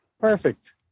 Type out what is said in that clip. perfect